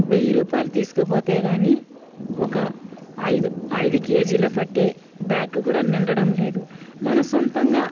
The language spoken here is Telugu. వెయ్యి రూపాయలు తీసుకుపోతే కాని ఒక ఐదు ఐదు కేజీలు పట్టే బ్యాగ్ కూడా నిండడం లేదు మన సొంతంగా